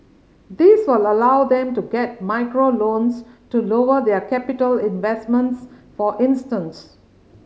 this will allow them to get micro loans to lower their capital investments for instance